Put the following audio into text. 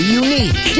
unique